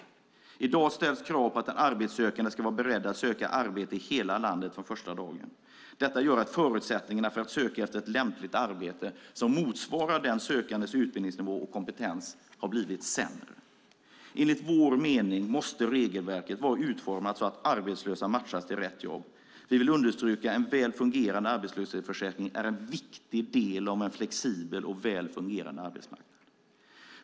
I dag ställs krav på att den arbetssökande ska vara beredd att söka arbete i hela landet från första dagen. Det gör att förutsättningarna för att söka ett lämpligt arbete som motsvarar den sökandes utbildningsnivå och kompetens har blivit sämre. Enligt vår mening måste regelverket vara utformat så att arbetslösa matchas till rätt jobb. Vi vill understryka att en väl fungerande arbetslöshetsförsäkring är en viktig del av en flexibel och väl fungerande arbetsmarknad.